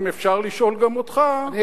אם אפשר לשאול גם אותך: למה,